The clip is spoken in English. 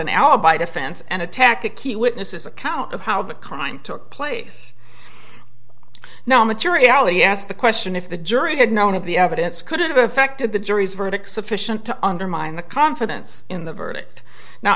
an alibi defense and attack a key witnesses account of how the crime took place no materiality asked the question if the jury had known of the evidence could have affected the jury's verdict sufficient to undermine the confidence in the verdict now